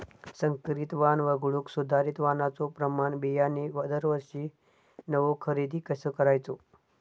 संकरित वाण वगळुक सुधारित वाणाचो प्रमाण बियाणे दरवर्षीक नवो खरेदी कसा करायचो?